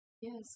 Yes